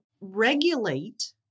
regulate